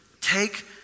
take